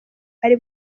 ari